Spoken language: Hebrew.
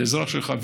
לאזרח שלך,